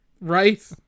Right